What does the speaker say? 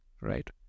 right